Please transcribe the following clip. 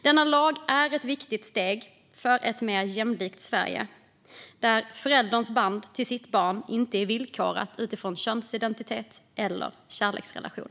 Denna lag är ett viktigt steg att ta för ett mer jämlikt Sverige, där en förälders band till barnet inte är villkorat utifrån könsidentitet eller kärleksrelation.